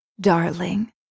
darling